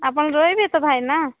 ଆପଣ ରହିବେ ତ ଭାଇନା